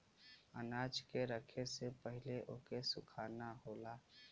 अनाज के रखे से पहिले ओके सुखाना होला